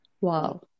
Wow